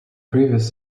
previous